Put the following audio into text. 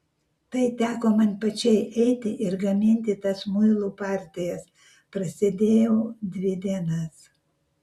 tai teko man pačiai eiti ir gaminti tas muilų partijas prasėdėjau dvi dienas